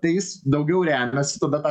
tai jis daugiau remiasi tada ta